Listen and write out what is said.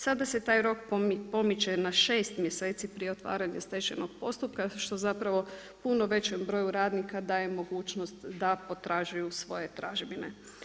Sada se taj rok pomiče na šest mjeseci prije otvaranja stečajnog postupka što zapravo puno većem broju radnika daje mogućnost da potražuju svoje tražbine.